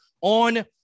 on